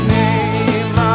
name